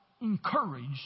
encouraged